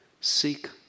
Seek